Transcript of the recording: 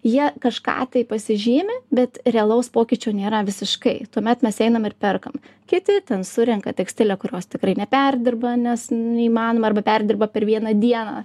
jie kažką tai pasižymi bet realaus pokyčių nėra visiškai tuomet mes einam ir perkam kiti ten surenka tekstilę kurios tikrai neperdirba nes neįmanoma arba perdirba per vieną dieną